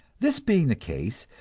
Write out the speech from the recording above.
this being the case,